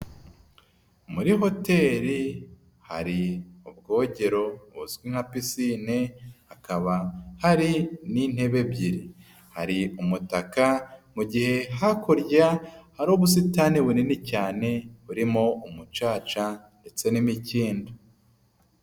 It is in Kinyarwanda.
Muri hoteri hari ubwogero ozwi nka pisine, hakaba hari n'intebe ebyiri, hari umutaka, mu gihe hakurya hari ubusitani bunini cyane burimo umucaca ndetse n'imikindo.